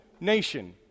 nation